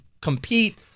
compete